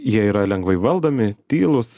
jie yra lengvai valdomi tylūs